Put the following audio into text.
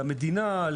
למדינה,